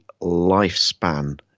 lifespan